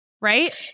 right